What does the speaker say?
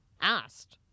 asked